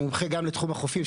מומחה גם לתחום החופים,